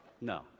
no